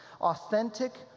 Authentic